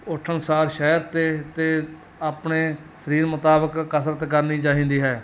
ਉੱਠਣ ਸਾਰ ਸੈਰ ਅਤੇ ਅਤੇ ਆਪਣੇ ਸਰੀਰ ਮੁਤਾਬਿਕ ਕਸਰਤ ਕਰਨੀ ਚਾਹੀਦੀ ਹੈ